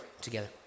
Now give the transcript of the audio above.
together